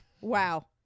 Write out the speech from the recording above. Wow